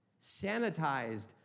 sanitized